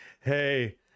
hey